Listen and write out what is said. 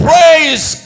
Praise